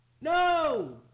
No